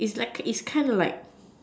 is like a is kinda like